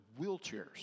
wheelchairs